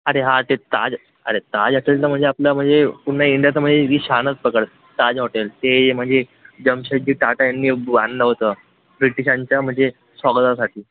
अरे हां ते ताज अरे ताज असेल तर म्हणजे आपलं म्हणजे पूर्ण इंडियाचा मये ती शानच पकड ताज हॉटेल तेय म्हणजे जमशेदजी टाटा यांनी बांधलं होतं ब्रिटिशांच्या मजे स्वागतासाठी